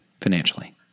financially